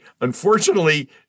Unfortunately